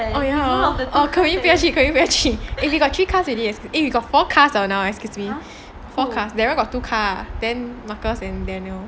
oh ya hor then kai yin 不要去 kai yin 不要去 eh we got three cars we got four cars already now excuse me daryl got two car then marcus and daniel